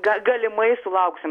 ga galimai sulauksim